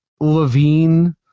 Levine